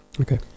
Okay